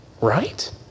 right